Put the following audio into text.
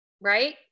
right